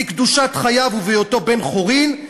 בקדושת חייו ובהיותו בן-חורין,